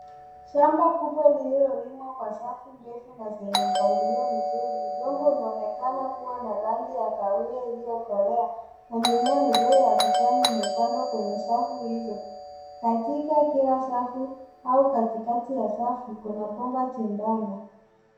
Shamba kubwa lililolimwa kwa safu ndefu na mpangilio mzuri. Udongo unaonekana kuwa na rangi ya kahawia iliyokolea na mimea midogo ya kijani imepandwa kwenye safu hizi. Katika kila safu au katikati ya safu kuna bomba jembamba.